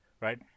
right